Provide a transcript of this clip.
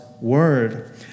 word